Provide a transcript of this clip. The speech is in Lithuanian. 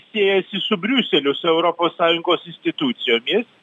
siejasi su briuseliu su europos sąjungos institucijomis